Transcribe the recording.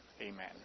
Amen